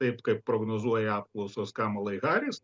taip kaip prognozuoja apklausos kamalai haris